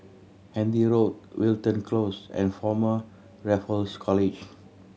Handy Road Wilton Close and Former Raffles College